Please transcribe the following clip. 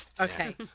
Okay